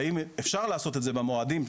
אפשר לעשות את זה במועדים,